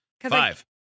five